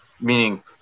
meaning